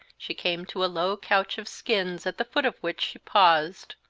she came to a low couch of skins at the foot of which she paused.